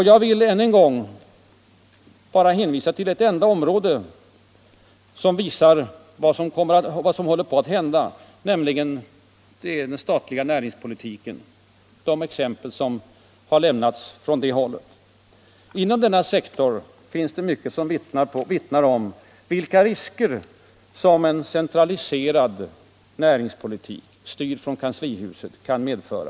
Jag vill än en gång hänvisa: till bara ett enda område som ger oss exenipel på vad som håller på att hända, nämligen den statliga näringspolitiken. Inom denna sektor finns det mycket som vittnar om vilka risker en centraliserad näringspolitik, styrd från kanslihuset, kan medföra.